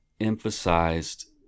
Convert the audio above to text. emphasized